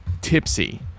tipsy